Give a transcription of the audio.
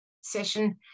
session